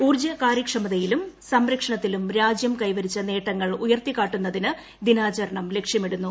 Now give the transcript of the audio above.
ഊർജ്ജ കാര്യക്ഷമതയിലും സംരക്ഷണത്തിലും രാജ്യം കൈവരിച്ച നേട്ടങ്ങൾ ഉയർത്തിക്കാട്ടുന്നതിന് ദിനാചരണം ലക്ഷ്യമിടുന്നു